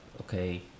okay